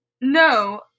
No